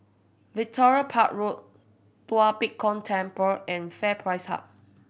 Victoria Park Road Tua Pek Kong Temple and FairPrice Hub